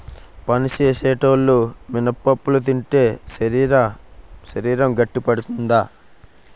పని సేసేటోలు మినపప్పులు తింటే శరీరం గట్టిపడతాది